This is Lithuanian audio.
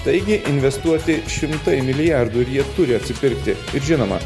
taigi investuoti šimtai milijardų ir jie turi atsipirkti ir žinoma